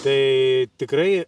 tai tikrai